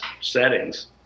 settings